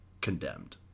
Condemned